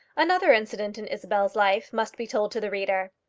another incident in isabel's life must be told to the reader.